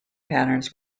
patterns